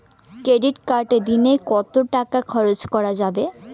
Credit কার্ডে দিনে কত টাকা খরচ করা যাবে?